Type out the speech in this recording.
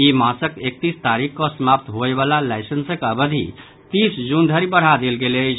ई मासक एकतीस तारीख कऽ समाप्त होबयवला लाइसेंसक अवधि तीस जून धरि बढ़ा देल गेल अछि